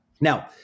Now